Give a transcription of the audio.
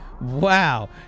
wow